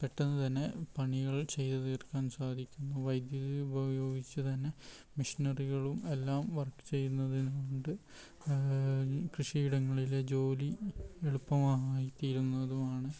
പെട്ടെന്ന് തന്നെ പണികൾ ചെയ്തു തീർക്കാൻ സാധിക്കുന്നു വൈദ്യുതി ഉപയോഗിച്ചു തന്നെ മിഷ്നറികളും എല്ലാം വർക്ക് ചെയ്യുന്നത് കൊണ്ട് അത് കൃഷിയിടങ്ങളിലെ ജോലി എളുപ്പമായി തീരുന്നതുമാണ്